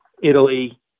Italy